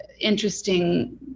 interesting